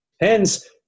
Hence